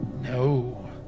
No